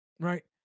Right